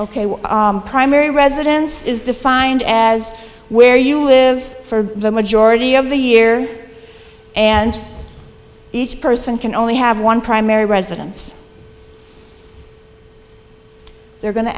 what primary residence is defined as where you live for the majority of the year and each person can only have one primary residence they're going to